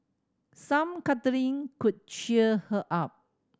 some cuddling could cheer her up